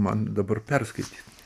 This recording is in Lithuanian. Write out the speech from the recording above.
man dabar perskaityt